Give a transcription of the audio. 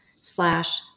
slash